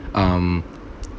um